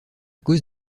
cause